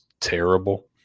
terrible